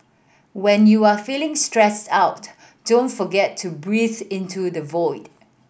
when you are feeling stressed out don't forget to breathe into the void